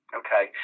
okay